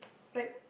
like